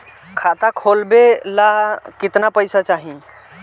खाता खोलबे ला कितना पैसा चाही?